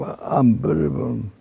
unbelievable